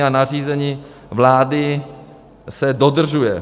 A nařízení vlády se dodržuje.